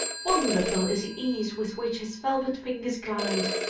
wonderful is the ease with which his velvet fingers glide,